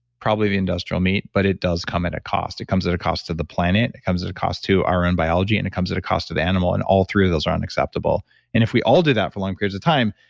probably eat industrial meat but it does come at a cost it comes at a cost to the planet. it comes at a cost to our own biology and it comes at a cost to the animal and all three of those are unacceptable and if we all do that for long periods of time,